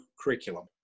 curriculum